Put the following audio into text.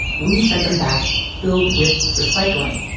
we sent them back filled with recycling.